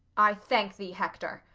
i thank thee, hector.